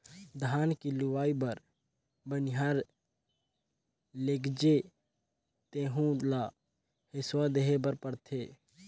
धान के लूवई बर बनिहार लेगजे तेहु ल हेसुवा देहे बर परथे